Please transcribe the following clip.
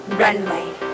runway